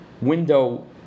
window